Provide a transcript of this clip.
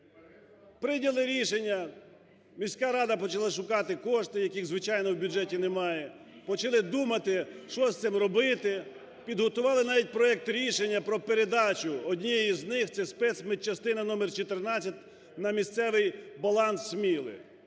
Прийняли рішення, міська рада почала шукати кошти, яких, звичайно, в бюджеті немає, почали думати, що з цим робити. Підготували навіть проект рішення про передачу однієї з них, це спецмедчастина номер 14, на місцевий баланс Сміли.